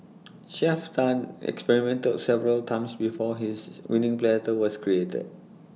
Chef Tan experimented several times before his winning platter was created